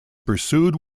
pursued